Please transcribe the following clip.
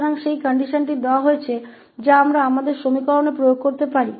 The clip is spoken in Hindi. तो वह शर्त दी गई है जिसे हम अपने समीकरण में वहां लागू कर सकते हैं